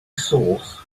sauce